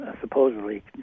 supposedly